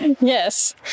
Yes